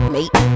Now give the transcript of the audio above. Mate